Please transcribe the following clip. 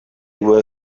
were